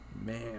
Man